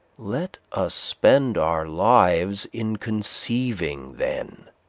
let us spend our lives in conceiving then.